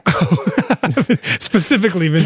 Specifically